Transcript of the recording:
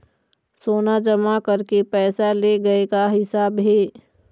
सोना जमा करके पैसा ले गए का हिसाब हे?